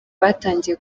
batangiye